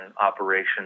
operation